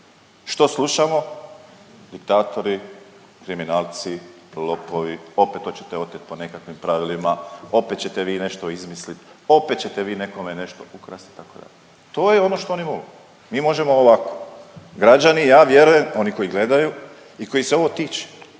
Što slušamo? Diktatori, kriminalci, lopovi, opet hoćete otet po nekakvim pravilima, opet ćete vi nešto izmisliti, opet ćete vi nekome nešto ukrasti itd. To je ono što oni vole. Mi možemo ovako. Građani ja vjerujem, oni koji gledaju i kojih se ovo tiče,